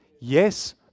yes